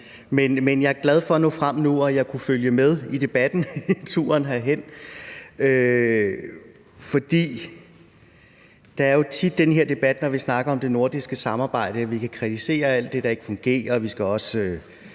Men jeg er glad for at nå frem nu, og at jeg kunne følge med i debatten på hele turen herhen. Der er jo tit ved den her debat, når vi snakker om det nordiske samarbejde, at vi kritiserer alt det, der ikke fungerer – vi skal spare,